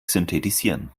synthetisieren